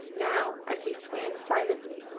now, as he swam silently,